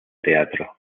teatro